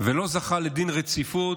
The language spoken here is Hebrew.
ולא זכה לדין רציפות,